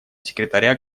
секретаря